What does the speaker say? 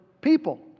people